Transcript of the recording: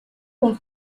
con